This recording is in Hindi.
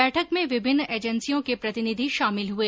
बैठक में विभिन्न एजेन्सियों के प्रतिनिधि शामिल हुए